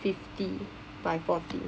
fifty by forty